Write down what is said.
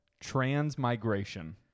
Transmigration